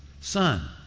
Son